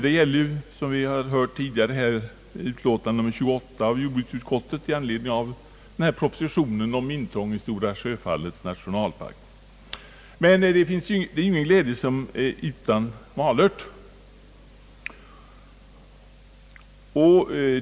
Det gäller ju här, som vi tidigare hört, jordbruksutskottets utlåtande nr 28 med anledning av Kungl. Maj:ts proposition om vissa intrång i Stora Sjöfallets nationalpark. Men det finns ingen glädje utan malört.